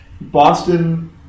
Boston